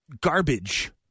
garbage